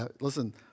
listen